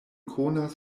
konas